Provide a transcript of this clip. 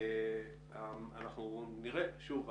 שוב,